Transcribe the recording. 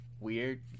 weird